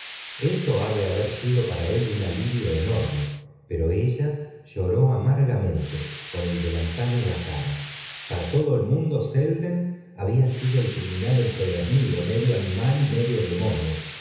esto ha de haber sido para él un alivio enorme pero ella lloró amargamente con el delantal en la cata iara todo el mundo selden había sido el criminal empedernido medio animal y medio demonio